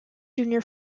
junior